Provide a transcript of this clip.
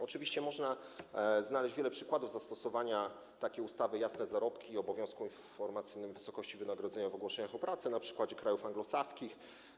Oczywiście można znaleźć wiele przykładów zastosowania takiej ustawy: jasne zarobki, obowiązek informacyjny o wysokości wynagrodzenia w ogłoszeniach o pracę - na przykładach krajów anglosaskich.